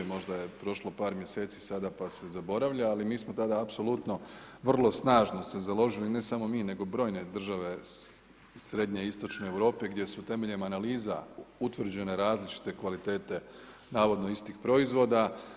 Možda je prošlo par mjeseci sada pa se zaboravlja, ali mi smo tada apsolutno vrlo snažno se založili, ne samo mi nego brojne države Srednjeistočne Europe gdje su temeljem analiza utvrđene različite kvalitete navodno istih proizvoda.